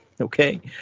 okay